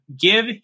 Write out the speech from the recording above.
give